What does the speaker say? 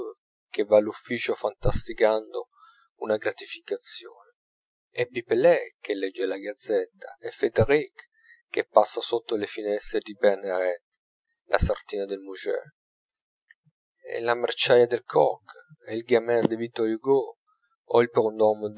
che va all'ufficio fantasticando una gratificazione è pipelet che legge la gazzetta è frédéric che passa sotto le finestre di bernerette la sartina del murger è la merciaia del kock è il gamin di vittor hugo o il